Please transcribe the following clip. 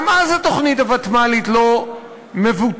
גם אז התוכנית הוו"תמלית לא מבוטלת.